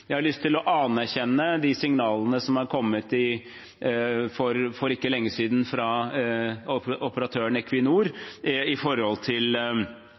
Jeg har lyst til å anerkjenne de signalene som for ikke lenge siden kom fra operatøren Equinor,